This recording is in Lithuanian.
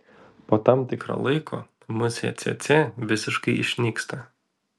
po tam tikro laiko musė cėcė visiškai išnyksta